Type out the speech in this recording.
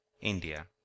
India